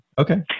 Okay